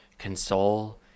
console